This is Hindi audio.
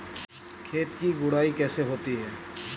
खेत की गुड़ाई कैसे होती हैं?